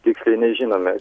tiksliai nežinome